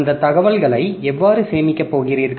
அந்த தகவல்களை எவ்வாறு சேமிக்கப் போகிறீர்கள்